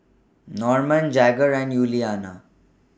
Norman Jagger and Yuliana